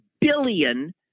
billion